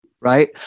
right